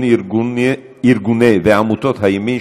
הצורך בהקמת ועדת חקירה פרלמנטרית בנושא מימון ארגוני ועמותות הימין,